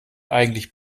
eigentlich